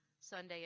Sunday